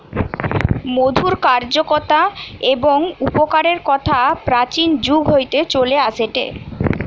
মধুর কার্যকতা এবং উপকারের কথা প্রাচীন যুগ হইতে চলে আসেটে